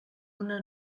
una